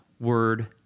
word